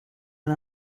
and